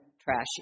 trashy